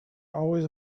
always